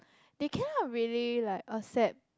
they cannot really like accept